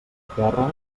terra